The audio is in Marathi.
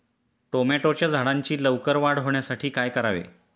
टोमॅटोच्या झाडांची लवकर वाढ होण्यासाठी काय करावे?